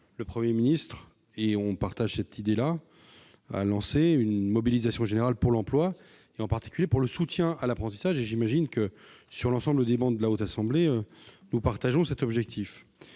le Premier ministre a lancé une mobilisation générale pour l'emploi, en particulier pour le soutien à l'apprentissage. J'imagine que sur l'ensemble des travées de la Haute Assemblée, nous partageons cet objectif.